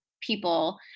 people